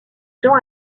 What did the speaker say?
jean